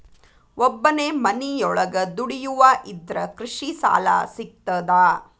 ಒಬ್ಬನೇ ಮನಿಯೊಳಗ ದುಡಿಯುವಾ ಇದ್ರ ಕೃಷಿ ಸಾಲಾ ಸಿಗ್ತದಾ?